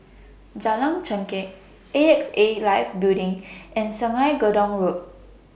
Jalan Chengkek A X A Life Building and Sungei Gedong Road